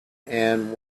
and